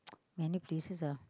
many places ah